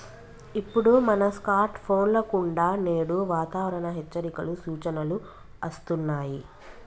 ఇప్పుడు మన స్కార్ట్ ఫోన్ల కుండా నేడు వాతావరణ హెచ్చరికలు, సూచనలు అస్తున్నాయి